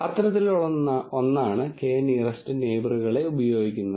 ഇത് f1 ആണെങ്കിൽ അത് വളരെ ഗുരുതരമാണെങ്കിൽ നിങ്ങൾ പമ്പ് നിർത്തുക തുടർന്ന് അത് സ്റ്റോപ്പ് ചെയ്യുക